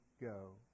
go